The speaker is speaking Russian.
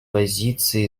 позиции